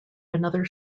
another